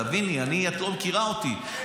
תביני, אני, את לא מכירה אותי.